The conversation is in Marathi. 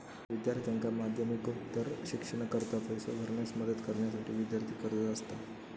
विद्यार्थ्यांका माध्यमिकोत्तर शिक्षणाकरता पैसो भरण्यास मदत करण्यासाठी विद्यार्थी कर्जा असा